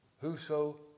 Whoso